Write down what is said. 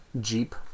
jeep